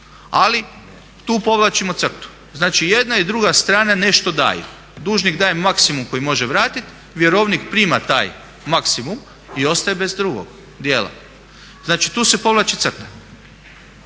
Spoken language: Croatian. ali tu povlačimo crtu. Znači jedna i druga strana nešto daju. Dužnik daje maksimum koji može vratit, vjerovnik prima taj maksimum i ostaje bez drugog dijela. Znači tu se povlači crta.